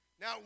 now